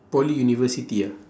poly university ah